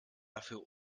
dafür